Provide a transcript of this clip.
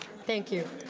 thank you.